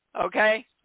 Okay